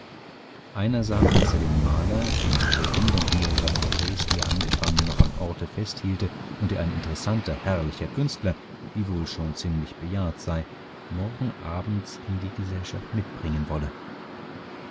einer sagte daß er den maler den die vollendung mehrerer porträts die er angefangen noch am orte festhielte und der ein interessanter herrlicher künstler wiewohl schon ziemlich bejahrt sei morgen abends in die gesellschaft mitbringen wolle